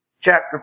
chapter